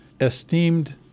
esteemed